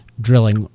drilling